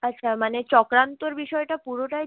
আচ্ছা মানে চক্রান্তর বিষয়টা পুরোটাই